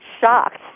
shocked